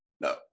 No